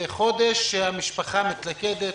זה חודש שהמשפחה מתלכדת,